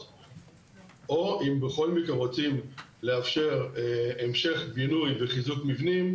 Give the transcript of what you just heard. או אם בכל מקרה רוצים לאפשר המשך בינוי וחיזוק מבנים,